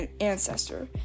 ancestor